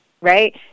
right